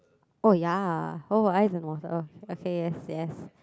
oh ya oh I don't know what's earth okay yes yes